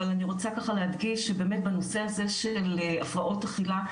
אבל אני רוצה ככה להדגיש באמת בנושא הזה של הפרעות אכילה,